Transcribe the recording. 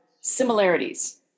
similarities